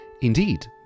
Indeed